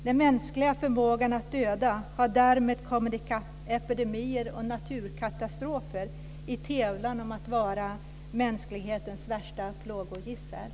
Den mänskliga förmågan att döda har därmed kommit ikapp epidemier och naturkatastrofer i tävlan om att vara mänsklighetens värsta plågogissel.